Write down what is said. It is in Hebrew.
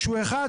כשהוא 1,